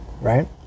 Right